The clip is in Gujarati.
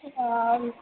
હા